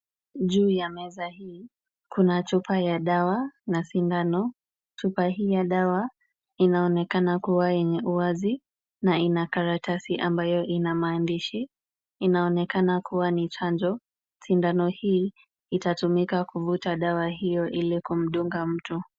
Juu ya meza hii kuna chupa ya dawa na sindano. Chupa hii ya dawa inaonekana kuwa yenye uwazi na ina karatasi ambayo ina maandishi. Inaonekana kuwa ni chanjo. Sindano hii itatumika kuvuta dawa hiyo ili kumdunga mtu.